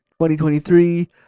2023